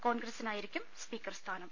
കോൺഗ്രസിനായിരിക്കും speaker സ്ഥാനം